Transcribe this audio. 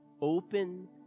open